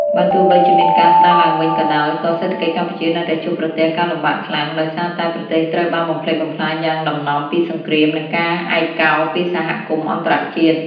បើទោះបីជាមានការស្ដារឡើងវិញក៏ដោយ ក៏សេដ្ឋកិច្ចកម្ពុជានៅតែជួបប្រទះការលំបាកខ្លាំង ដោយសារតែប្រទេសត្រូវបានបំផ្លិចបំផ្លាញយ៉ាងដំណំពីសង្គ្រាម និងការឯកោពីសហគមន៍អន្តរជាតិ។